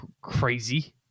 crazy